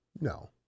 no